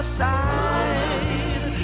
side